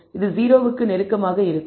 இது 0 க்கு நெருக்கமாக இருக்கும்